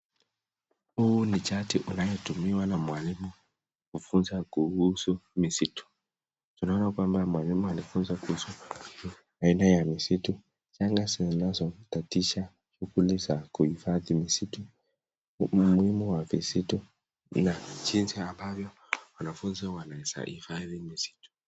Huu ni chati unayetumiwa na mwalimu kufunza kuhusu misitu. Tunaona kwamba mwalimu alifunza kuhusu aina ya misitu, changa zinazotatisha shughuli za kuhifadhi misitu, umuhimu wa misitu, na jinsi ambavyo wanafunzi wanaweza hifadhi misitu.